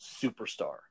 superstar